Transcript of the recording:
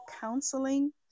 counseling